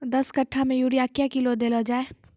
दस कट्ठा मे यूरिया क्या किलो देलो जाय?